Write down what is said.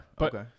okay